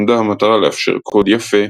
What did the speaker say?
עמדה המטרה לאפשר קוד "יפה",